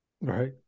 right